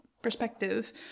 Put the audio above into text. perspective